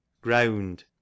Ground